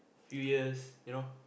few years you know